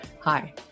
Hi